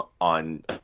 on